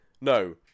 no